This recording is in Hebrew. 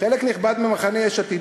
חלק נכבד ממחנה יש עתיד,